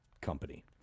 company